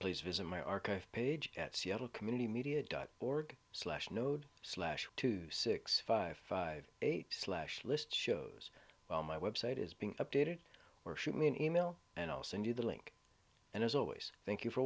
please visit my archive page at seattle community media dot org slash node slash two six five five eight slash list shows well my website is being updated or shoot me an email and i'll send you the link and as always thank you for